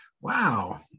Wow